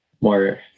more